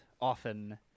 often